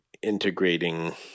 integrating